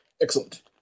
Excellent